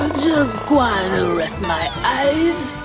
just gonna rest my eyes,